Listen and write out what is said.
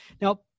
now